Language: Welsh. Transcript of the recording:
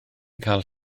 cael